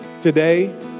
today